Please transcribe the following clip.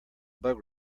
bug